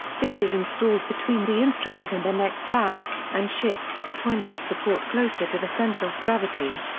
this is installed between the instrument and the neck strap, and shifts the point of support closer to the center of gravity.